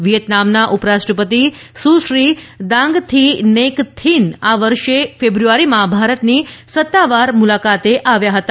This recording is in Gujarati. વિયેતનામનાં ઉપરાષ્ટ્રપતિ સુશ્રી દાંગ થી નૈક થિક આ વર્ષે ફેબ્રુઆરીમાં ભારતની સત્તાવાર મુલાકાતે આવ્યા હતા